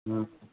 हूँ